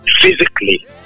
physically